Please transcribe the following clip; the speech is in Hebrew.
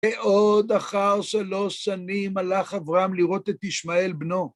ועוד אחר שלוש שנים הלך אברהם לראות את ישמעאל בנו.